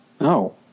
No